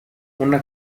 una